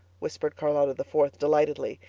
whispered charlotta the fourth delightedly.